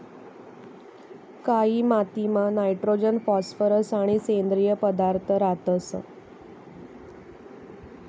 कायी मातीमा nitrogen phosphorus आणि सेंद्रिय पदार्थ रातंस